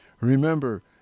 Remember